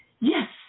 Yes